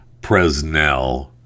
Presnell